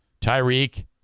Tyreek